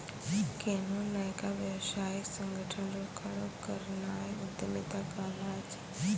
कोन्हो नयका व्यवसायिक संगठन रो खड़ो करनाय उद्यमिता कहलाय छै